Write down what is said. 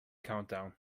countdown